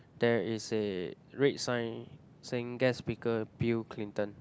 there is a red sign saying guest speaker Bill Clinton